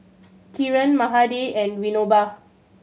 Kiran Mahade and Vinoba